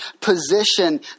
position